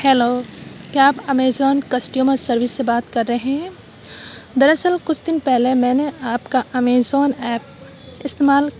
hello کیا آپ Amazon customer service سے بات کر رہے ہیں در اصل کچھ دن پہلے میں نے آپ کا امیزون ایپ استعمال